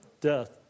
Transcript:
Death